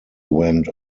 went